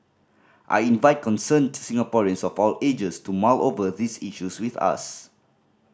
I invite concerned Singaporeans of all ages to mull over these issues with us